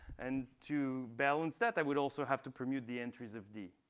and to balance that, i would also have to permute the entries of d.